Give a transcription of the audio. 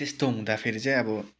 त्यस्तो हुँदाखेरि चाहिँ अब